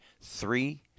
three